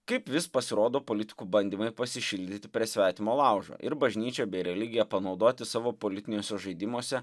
kaip vis pasirodo politikų bandymai pasišildyti prie svetimo laužo ir bažnyčią bei religiją panaudoti savo politiniuose žaidimuose